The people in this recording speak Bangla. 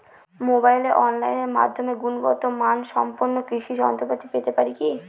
মোবাইলে অনলাইনের মাধ্যমে গুণগত মানসম্পন্ন কৃষি যন্ত্রপাতি পেতে পারি কি?